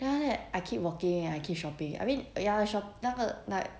then like that I keep walking and I keep shopping I mean ya loh sho~ 那个 like